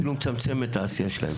אפילו מצמצמת את העשייה שלהם,